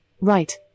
right